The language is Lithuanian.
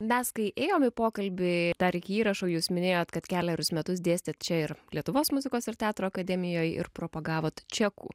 mes kai ėjom į pokalbį dar iki įrašo jūs minėjot kad kelerius metus dėstėt čia ir lietuvos muzikos ir teatro akademijoj ir propagavot čekų